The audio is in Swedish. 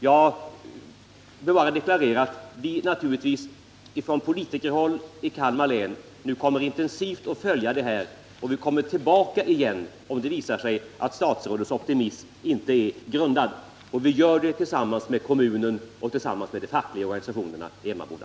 Jag vill bara deklarera att vi från politikerhåll i Kalmar län kommer att intensivt följa ärendet, och vi kommer tillbaka igen, om det visar sig att statsrådets optimism inte är grundad. Vi gör det tillsammans med kommunen och tillsammans med de fackliga organisationerna i Emmaboda.